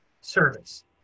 service